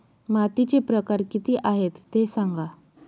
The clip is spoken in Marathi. मातीचे प्रकार किती आहे ते सांगा